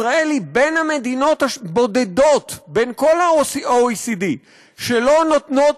ישראל היא בין המדינות הבודדות בין כל ה-OECD שלא נותנות